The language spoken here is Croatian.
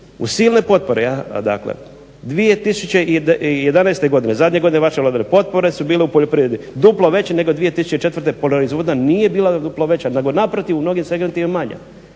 uz silne potpore, dakle 2011., zadnje godine vaše vladavine potpore su bile u poljoprivredi duplo veće nego 2004., proizvodnja nije bila duplo veća nego naprotiv, u mnogim segmentima manja.